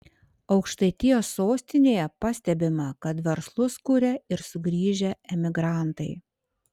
aukštaitijos sostinėje pastebima kad verslus kuria ir sugrįžę emigrantai